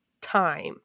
time